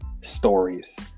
stories